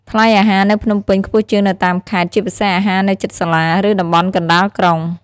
ថ្លៃអាហារនៅភ្នំពេញខ្ពស់ជាងនៅតាមខេត្ត ជាពិសេសអាហារនៅជិតសាលា ឬតំបន់កណ្ដាលក្រុង។